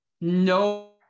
No